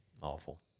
Awful